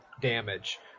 damage